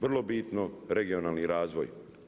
Vrlo bitno regionalni razvoj.